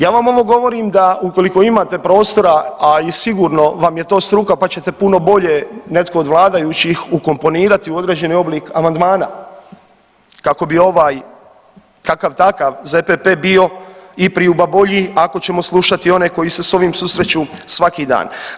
Ja vam ovo govorim da ukoliko imate prostora, a i sigurno vam je to struka pa ćete puno bolje netko od vladajućih ukomponirati u određeni oblik amandmana kako bi ovaj kakav takav ZPP bio ipriuba bolji ako ćemo slušati one koji se s ovima susreću svaki dan.